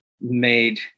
made